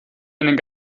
einen